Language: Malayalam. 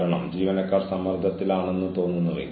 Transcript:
തങ്ങളെ ഇറക്കിവിട്ടതായി അവർക്ക് തോന്നുന്നു